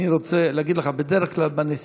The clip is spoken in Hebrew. אני רוצה להגיד לך: בדרך כלל בנשיאות,